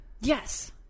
Yes